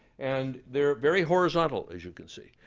and they are very horizontal, as you can see.